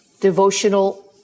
devotional